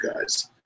guys